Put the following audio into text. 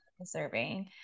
deserving